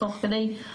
תוך כדי, נשמח.